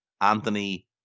Anthony